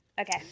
Okay